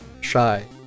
shy